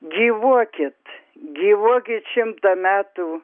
gyvuokit gyvuokit šimtą metų